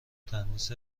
تندیس